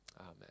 amen